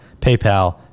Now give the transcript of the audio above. paypal